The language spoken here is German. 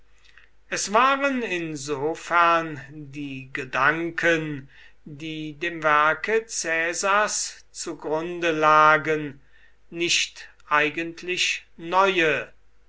es waren insofern die gedanken die dem werke caesars zu grunde lagen nicht eigentlich neue